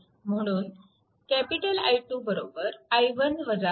म्हणून I2 i1 i2